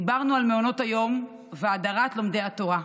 דיברנו על מעונות היום והדרת לומדי התורה.